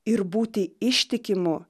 ir būti ištikimu